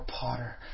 Potter